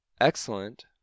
excellent